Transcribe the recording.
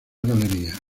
galería